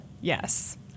Yes